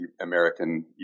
American